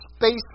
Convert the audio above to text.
space